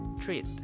treat